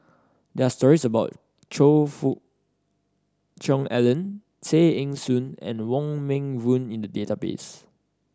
there are stories about Choe Fook Cheong Alan Tay Eng Soon and Wong Meng Voon in the database